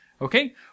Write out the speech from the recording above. Okay